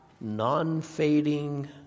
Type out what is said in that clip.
non-fading